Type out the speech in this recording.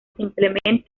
simplemente